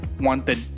wanted